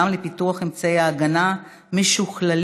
גם לפיתוח אמצעי הגנה משוכללים,